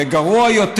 וגרוע יותר,